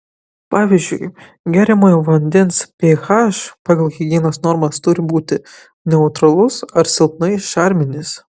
pavyzdžiui geriamojo vandens ph pagal higienos normas turi būti neutralus ar silpnai šarminis